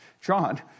John